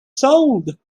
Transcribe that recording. sold